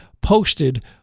posted